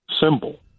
symbol